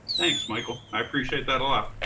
thanks, michael, i appreciate that a lot.